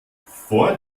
vor